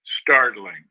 startling